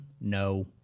no